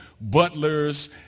butlers